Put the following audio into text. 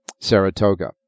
Saratoga